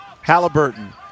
Halliburton